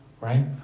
right